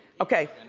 okay?